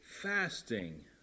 fasting